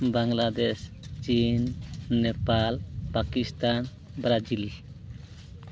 Bangladesh China Nepal Pakistan Brazil